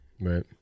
right